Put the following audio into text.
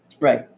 right